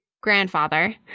grandfather